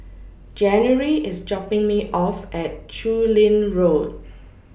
January IS dropping Me off At Chu Lin Road